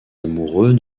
amoureux